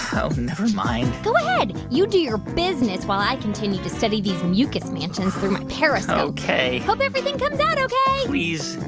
oh, never mind go ahead. you do your business while i continue to study the mucus mansions through my periscope ok hope everything comes out ok please,